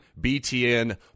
BTN